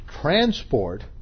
transport